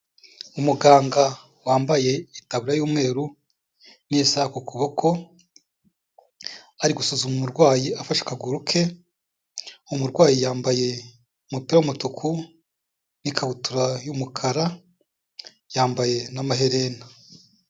Umuganga wambaye itaburiya y'umweru n'isaha ku kuboko, ari gusuzuma umurwayi afashe akaguru ke, umurwayi yambaye umupira w'umutuku n'ikabutura y'umukara, yambaye n'amaherena.